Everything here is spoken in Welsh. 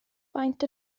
faint